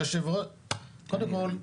קודם כל,